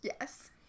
yes